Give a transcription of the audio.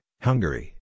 Hungary